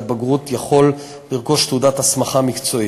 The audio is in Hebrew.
בגרות יכול לרכוש תעודת הסמכה מקצועית.